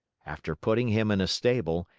after putting him in a stable,